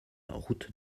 route